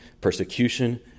persecution